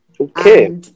okay